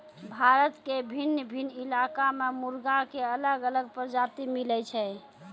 भारत के भिन्न भिन्न इलाका मॅ मुर्गा के अलग अलग प्रजाति मिलै छै